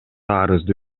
арызды